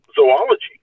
zoology